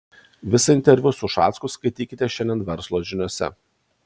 visą interviu su ušacku skaitykite šiandien verslo žiniose